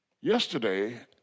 Yesterday